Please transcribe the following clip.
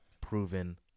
proven